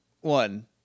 one